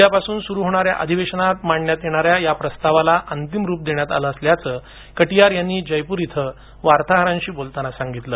उद्यापासून सुरु होणाऱ्या अधिवेशनात मांडण्यात येणाऱ्या या प्रस्तावाला अंतिम रूप देण्यात आलं असल्याचं कटियार यांनी जयपूर इथे वार्ताहरांशी बोलताना सांगितलं